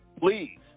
Please